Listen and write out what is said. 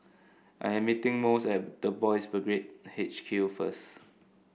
I am meeting at the Boys' Brigade H Q first